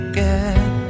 get